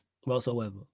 whatsoever